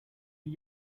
but